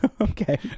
Okay